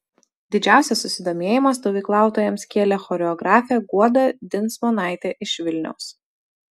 didžiausią susidomėjimą stovyklautojams kėlė choreografė guoda dinsmonaitė iš vilniaus